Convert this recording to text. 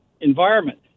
environment